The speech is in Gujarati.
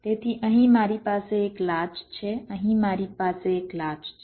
તેથી અહીં મારી પાસે એક લાચ છે અહીં મારી પાસે એક લાચ છે